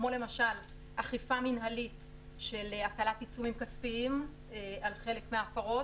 כמו למשל אכיפה מנהלית של הטלת עיצומים כספיים על חלק מההפרות.